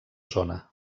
zona